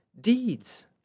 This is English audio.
deeds